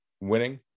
winning